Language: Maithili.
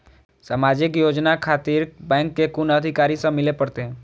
समाजिक योजना खातिर बैंक के कुन अधिकारी स मिले परतें?